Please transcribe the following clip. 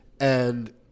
And-